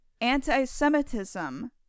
anti-Semitism